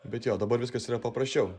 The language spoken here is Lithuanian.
bet jo dabar viskas yra paprasčiau